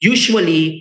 Usually